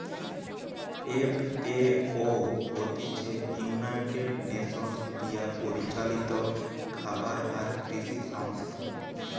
FAO হতিছে United Nations দিয়া পরিচালিত খাবার আর কৃষি সংস্থা